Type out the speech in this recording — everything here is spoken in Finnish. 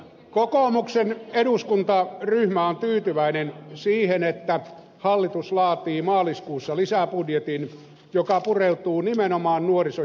kokoomuksen eduskuntaryhmä on tyytyväinen siihen että hallitus laatii maaliskuussa lisäbudjetin joka pureutuu nimenomaan nuoriso ja pitkäaikaistyöttömyyteen